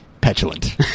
petulant